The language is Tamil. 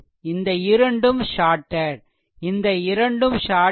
இந்த இரண்டும் ஷார்டெட் இந்த இரண்டும் ஷார்டெட்